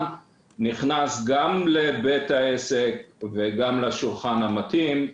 ולהיכנס גם לבית העסק וגם לשולחן המתאים.